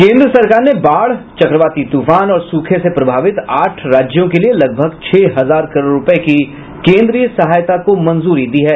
केन्द्र सरकार ने बाढ चक्रवाती तूफान और सूखे से प्रभावित आठ राज्यों के लिए लगभग छह हजार करोड़ रूपये की केन्द्रीय सहायता को मंजूरी दी है